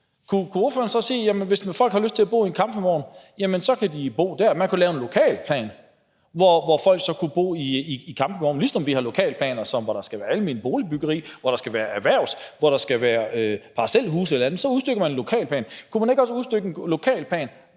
Kunne ordføreren så se, at hvis folk havde lyst til at bo i en campingvogn, kunne de bo der? Man kunne lave en lokalplan over, hvor folk så kunne bo i campingvogne, ligesom vi har lokalplaner over, hvor der skal være alment boligbyggeri, hvor der skal være erhvervsbyggeri, og hvor der skal være parcelhuse eller andet – så udstykker man efter en lokalplan. Kunne man ikke også vedtage en lokalplan